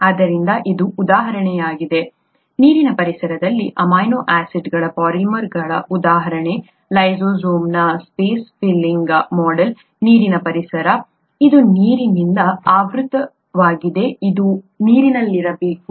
ಆದ್ದರಿಂದ ಇದು ಉದಾಹರಣೆಯಾಗಿದೆ ನೀರಿನ ಪರಿಸರದಲ್ಲಿ ಅಮೈನೋ ಆಸಿಡ್ಗಳ ಪಾಲಿಮರ್ನ ಉದಾಹರಣೆ ಲೈಸೋಜೈಮ್ನ ಸ್ಪೇಸ್ ಫಿಲ್ಲಿಂಗ್ ಮೊಡೆಲ್ ನೀರಿನ ಪರಿಸರ ಇದು ನೀರಿನಿಂದ ಆವೃತವಾಗಿದೆ ಅದು ನೀರಿನಲ್ಲಿರಬೇಕು